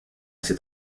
hace